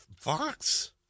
Fox